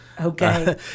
Okay